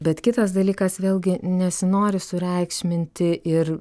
bet kitas dalykas vėlgi nesinori sureikšminti ir